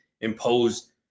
imposed